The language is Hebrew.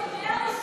זו קריאה ראשונה,